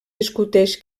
discuteix